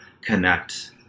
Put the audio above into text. connect